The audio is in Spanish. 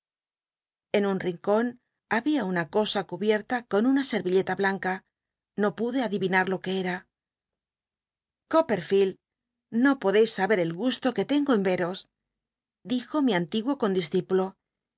en un rincon habia una cosa cubierta con una senilleta blanca no pude adi'inar lo c uc era coppel'fleld no podeis aije el gusto c uc tengo en vcro dijo mi antiguo condisci